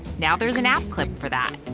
now there's an app clip for that.